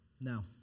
Now